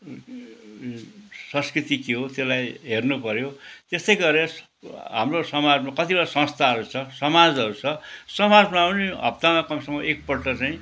संस्कृति के हो त्यसलाई हेर्नुपऱ्यो त्यस्तै गरेर हाम्रो समाजमा कतिवया संस्थाहरू छ समाजहरू छ समाजमा पनि हप्तामा कम से कम एकपल्ट चाहिँ